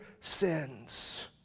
sins